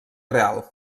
real